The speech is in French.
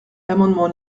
l’amendement